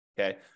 Okay